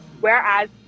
Whereas